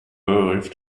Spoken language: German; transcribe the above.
rief